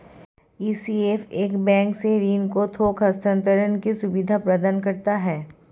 ECS एक bank से धन के थोक हस्तांतरण की सुविधा प्रदान करता है